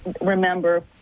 remember